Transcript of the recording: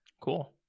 Cool